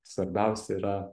svarbiausia yra